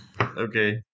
okay